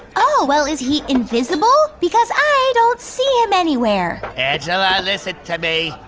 oh, well, is he invisible? because i don't see him anywhere. angela, listen to me.